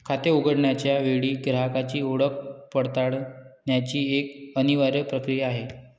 खाते उघडण्याच्या वेळी ग्राहकाची ओळख पडताळण्याची एक अनिवार्य प्रक्रिया आहे